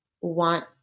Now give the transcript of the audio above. want